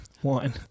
One